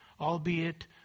albeit